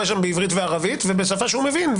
שם בעברית ובערבית ובשפה שהוא מבין,